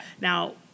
Now